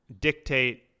dictate